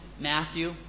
Matthew